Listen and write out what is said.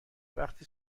وقتی